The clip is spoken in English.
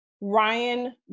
Ryan